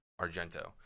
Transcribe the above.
Argento